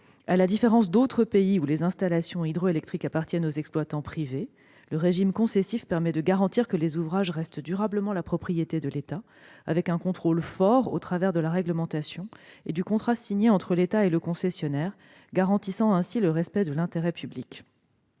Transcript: À la différence d'autres pays où les installations hydroélectriques appartiennent aux exploitants privés, le régime concessif permet de garantir que les ouvrages restent durablement la propriété de l'État, avec un contrôle fort au travers de la réglementation et du contrat signé entre l'État et le concessionnaire, garantissant ainsi le respect de l'intérêt public.